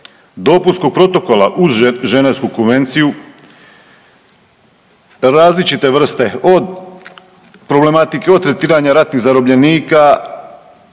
dopunskog protokola uz Ženevsku konvenciju, različite vrste od problematike, od tretiranja ratnih zarobljenika,